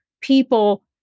people